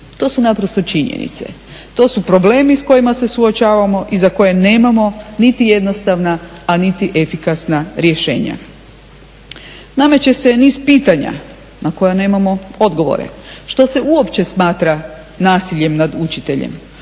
To su naprosto činjenice, to su problemi s kojima se suočavamo i za koje nemamo niti jednostavna, a niti efikasna rješenja. Nameće se niz pitanja na koje nemamo odgovore, što se uopće smatra nasiljem nad učiteljem,